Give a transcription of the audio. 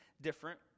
different